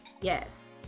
Yes